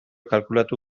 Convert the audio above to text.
kalkulatu